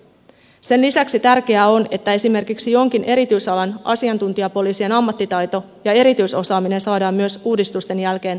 sen lisäksi tärkeää on että esimerkiksi jonkin erityisalan asiantuntijapoliisien ammattitaito ja erityisosaaminen saadaan myös uudistusten jälkeen täysimääräisesti käyttöön